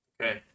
Okay